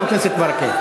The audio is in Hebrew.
חבר הכנסת ברכה.